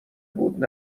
بود